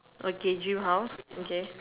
okay dream house okay